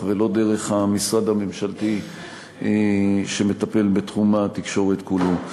ולא דרך המשרד הממשלתי שמטפל בתחום התקשורת כולו.